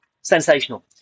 sensational